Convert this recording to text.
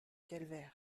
calvaire